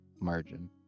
margin